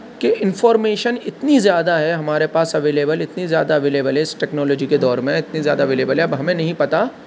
کہ انفارمیشن اتنی زیادہ ہے ہمارے پاس اویلیبل اتنی زیادہ اویلیبل ہے اس ٹیکنالوجی کے دور میں اتنی زیادہ اویلیبل ہے اب ہمیں نہیں پتہ